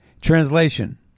Translation